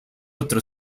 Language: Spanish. otro